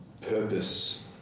purpose